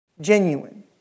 Genuine